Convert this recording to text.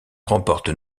remporte